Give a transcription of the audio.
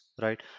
right